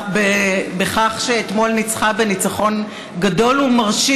על כך שאתמול ניצחה בניצחון גדול ומרשים